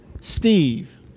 Steve